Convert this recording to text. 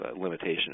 limitation